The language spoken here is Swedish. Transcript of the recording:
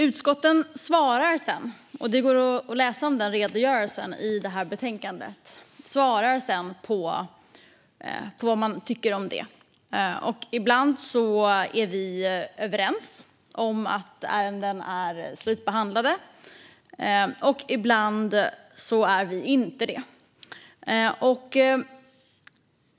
Utskotten svarar sedan, och det går att läsa om den redogörelsen i det här betänkandet, på vad man tycker om det här. Ibland är vi överens om att ärenden är slutbehandlade, och ibland är vi inte det.